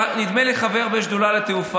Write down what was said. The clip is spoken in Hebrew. נדמה לי שאתה חבר בשדולה של התעופה.